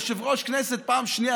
יושב-ראש הכנסת פעם שנייה,